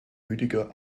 rüdiger